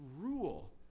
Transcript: rule